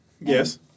Yes